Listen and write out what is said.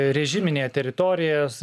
režiminėje teritorijos